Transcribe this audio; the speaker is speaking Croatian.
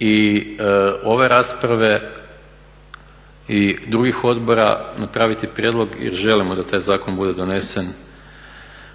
i ove rasprave i drugih odbora napraviti prijedlog jer želimo da taj zakon bude donesen